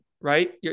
right